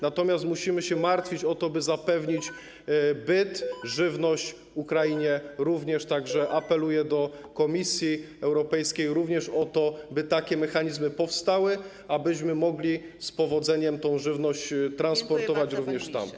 Natomiast musimy się martwić o to, by zapewnić byt, żywność również Ukrainie, tak że apeluję do Komisji Europejskiej o to, by takie mechanizmy powstały, abyśmy mogli z powodzeniem tę żywność transportować również tam.